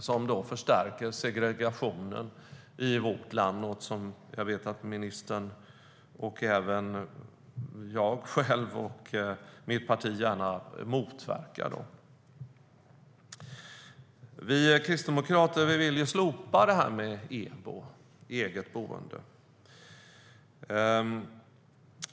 Det förstärker segregationen i vårt land, något som jag vet att både ministern, jag själv och mitt parti gärna motverkar. Vi kristdemokrater vill slopa EBO.